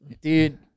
dude